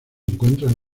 encuentran